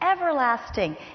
everlasting